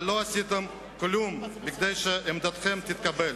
אבל לא עשיתם כלום כדי שעמדתכם תתקבל.